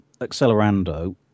Accelerando